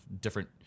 different